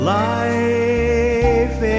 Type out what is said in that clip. life